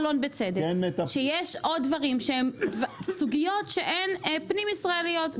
שיש עוד דברים שהם סוגיות שהן פנים ישראליות,